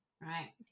right